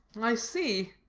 i see,